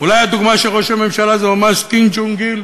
אולי הדוגמה של ראש הממשלה היא ממש קים ג'ונג-איל.